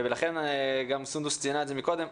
ולכן גם סונדוס ציינה את זה מקודם,